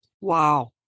wow